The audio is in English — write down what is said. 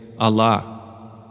Allah